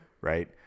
right